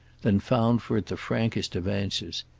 then found for it the frankest of answers.